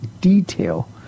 detail